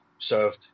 served